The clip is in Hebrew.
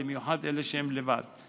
בייחוד אלה שהם לבד.